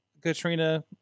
Katrina